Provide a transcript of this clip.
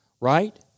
right